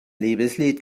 liebeslied